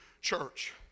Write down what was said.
church